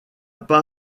pas